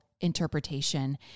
interpretation